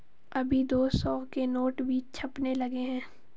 अभी दो सौ के नोट भी छपने लगे हैं